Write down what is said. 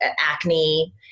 acne